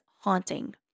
haunting